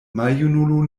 maljunulo